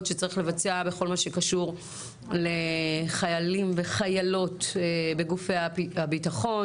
שצריך לבצע בכל מה שקשור לחיילים וחיילות בגופי הבטחון,